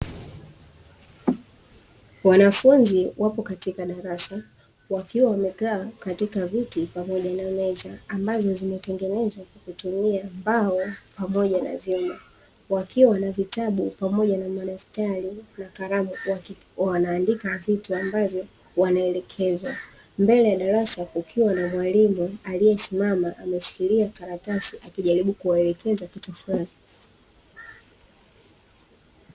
Wanafunzi wapo katika darasa wakiwa wamekaa katika viti pamoja na meza ambazo zimetengenezwa kwa kutumia mbao pamoja na vyuma, wakiwa na vitabu pamoja na madaftari na kalamu wakiwa wanaandika vitu ambavyo wanaelekezwa, mbele ya darasa kukiwa na mwalimu aliyesimama ameshikilia karatasi na akijaribu kuwaelekeza kitu fulani.